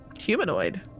Humanoid